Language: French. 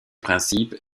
principes